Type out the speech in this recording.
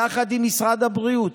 יחד עם משרד הבריאות.